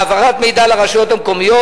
העברת מידע לרשויות המקומיות,